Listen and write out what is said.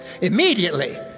Immediately